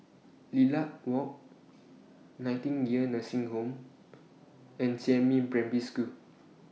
Lilac Walk Nightingale Nursing Home and Jiemin Primary School